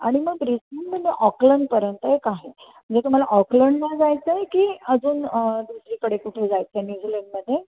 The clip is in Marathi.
आणि मग ब्रिजबेनमधून ऑकलंडपर्यंत एक आहे म्हणजे तुम्हाला ऑकलंडला जायचं आहे की अजून दुसरीकडे कुठे जायचं आहे न्यूझीलंडमध्ये